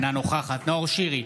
אינה נוכחת נאור שירי,